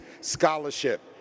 scholarship